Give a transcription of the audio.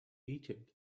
egypt